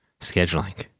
Scheduling